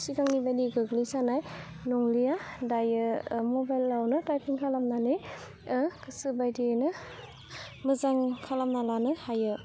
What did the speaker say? सिगांनि बायदि गोग्लैसोनाय नंलिया दायो मबाइलावनो टाइपिं खालामनानै गोसोबायदियैनो मोजां खालामना लानो हायो